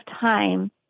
time